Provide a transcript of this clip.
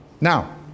Now